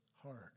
heart